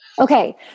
Okay